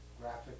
graphic